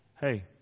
hey